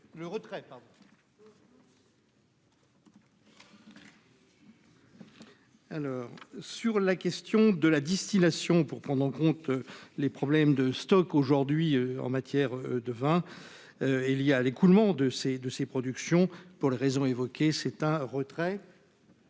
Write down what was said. Sur la question de la distillation pour prendre en compte les problèmes de stocks aujourd'hui en matière de vin il l'écoulement de ses de ses productions pour les raisons évoquées : c'est un retrait.